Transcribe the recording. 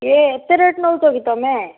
ଇଏ ଏତେ ରେଟ୍ ନଉଛ କି ତମେ